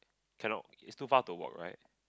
cannot is too far to walk right